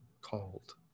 called